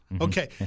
Okay